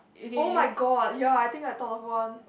oh my god ya I think I thought of one